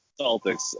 Celtics